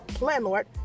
landlord